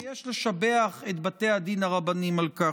ויש לשבח את בתי הדין הרבניים על כך.